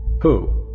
Who